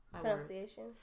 Pronunciation